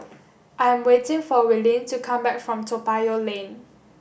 I am waiting for Willene to come back from Toa Payoh Lane